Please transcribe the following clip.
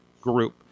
group